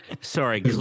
Sorry